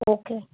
okay